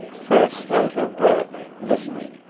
priss held her breath, listening.